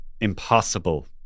impossible